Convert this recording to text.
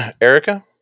Erica